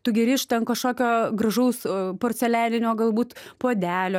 tu geri iš ten kažkokio gražaus porcelianinio galbūt puodelio